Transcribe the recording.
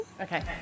Okay